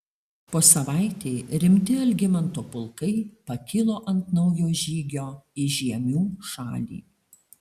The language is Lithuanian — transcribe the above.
po savaitei rimti algimanto pulkai pakilo ant naujo žygio į žiemių šalį